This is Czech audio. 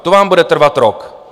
To vám bude trvat rok.